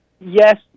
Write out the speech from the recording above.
yes